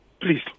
Please